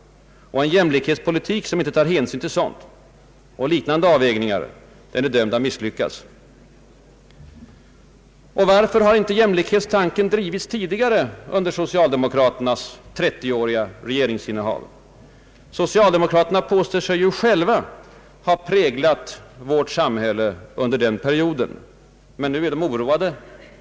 En jämlikhetspolitik som inte tar hänsyn till sådant och liknande avvägningar är dömd att misslyckas. Varför har inte jämlikhetstanken drivits tidigare under socialdemokraternas 30-åriga regeringsinnehav? Socialdemokraterna påstår sig ju själva ha präglat vårt samhälle under den perioden. Men nu är de oroade.